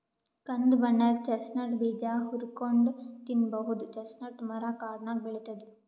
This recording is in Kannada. ಕಂದ್ ಬಣ್ಣದ್ ಚೆಸ್ಟ್ನಟ್ ಬೀಜ ಹುರ್ಕೊಂನ್ಡ್ ತಿನ್ನಬಹುದ್ ಚೆಸ್ಟ್ನಟ್ ಮರಾ ಕಾಡ್ನಾಗ್ ಬೆಳಿತದ್